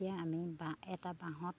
এতিয়া আমি এটা বাঁহত